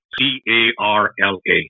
C-A-R-L-A